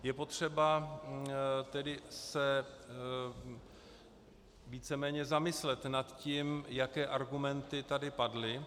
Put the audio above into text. Je potřeba se víceméně zamyslet na tím, jaké argumenty tady padly.